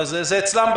זה אצלם,